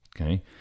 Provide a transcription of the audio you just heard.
okay